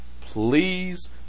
please